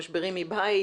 משברים מבית,